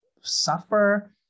suffer